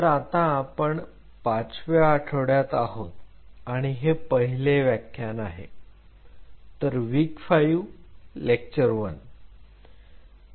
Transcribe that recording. तर आता आपण पाचव्या आठवड्यात आहोत आणि हे पहिले व्याख्यान आहे तर W5 L1